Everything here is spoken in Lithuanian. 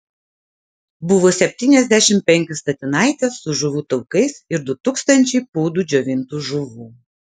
buvo septyniasdešimt penkios statinaitės su žuvų taukais ir du tūkstančiai pūdų džiovintų žuvų